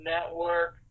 Network